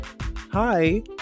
Hi